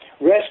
Rest